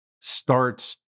starts